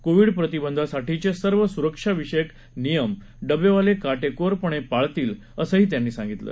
Covid प्रतिबंधासाठीचे सर्व सुरक्षाविषयक नियम डबेवाले काटेकोर पणे पाळतील असं त्यांनी सांगितलं